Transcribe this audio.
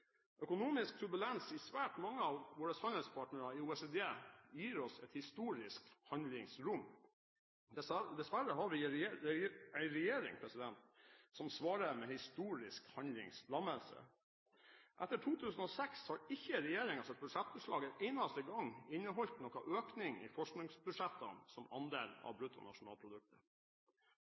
Økonomisk turbulens hos svært mange av våre handelspartnere i OECD gir oss et historisk handlingsrom. Dessverre har vi en regjering som svarer med historisk handlingslammelse. Etter 2006 har ikke regjeringens budsjettforslag en eneste gang inneholdt økning i forskningsbudsjettene som andel av